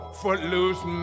footloose